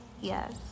Yes